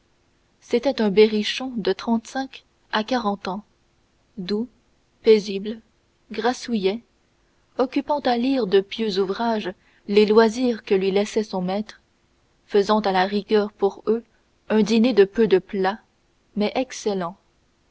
c'était un berrichon de trente-cinq à quarante ans doux paisible grassouillet occupant à lire de pieux ouvrages les loisirs que lui laissait son maître faisant à la rigueur pour deux un dîner de peu de plats mais excellent